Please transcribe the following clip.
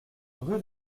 rue